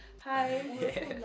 Hi